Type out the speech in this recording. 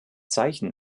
zeichen